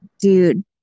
dude